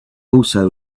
also